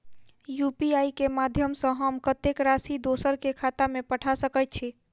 UPI केँ माध्यम सँ हम कत्तेक राशि दोसर केँ खाता मे पठा सकैत छी?